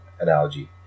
analogy